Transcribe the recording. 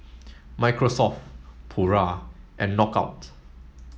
Microsoft Pura and Knockout